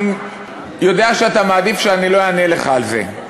אני יודע שאתה מעדיף שאני לא אענה לך על זה.